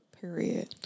period